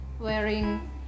Wearing